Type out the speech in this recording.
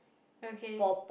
okay